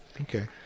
okay